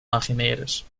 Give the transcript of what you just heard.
archimedes